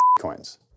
Coins